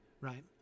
right